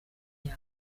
yawe